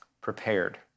Prepared